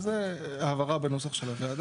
זה אומר שזה חוזר, זו ההבהרה בנוסח של הוועדה.